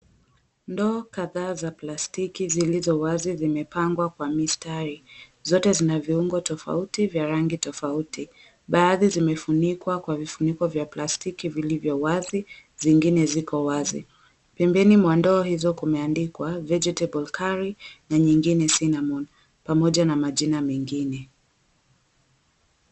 Ndoo kadhaa za plastiki zilizo wazi zimepangwa kwa mistari. Zote zina viungo tofauti vya rangi tofauti. Baadhi zimefunikwa kwa vifuniko vya plastiki vilivyo wazi, zingine ziko wazi. Pembeni mwa ndoo hizo kumeandikwa "Vegetable Curry" na nyingine, "cinnamon" pamoja na majina mengine.